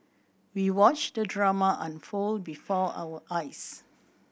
we watched the drama unfold before our eyes